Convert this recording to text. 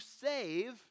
save